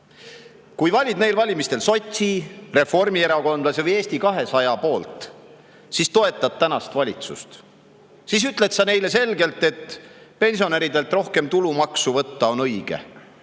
Kui valid neil valimistel sotsi, reformierakondlase või Eesti 200 [kandidaadi], siis toetad tänast valitsust. Siis ütled sa neile selgelt, et pensionäridelt rohkem tulumaksu võtta on õige,